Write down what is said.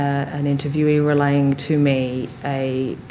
an interviewee relaying to me a